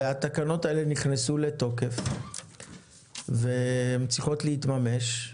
והתקנות האלה נכנסו לתוקף והם צריכות להתממש.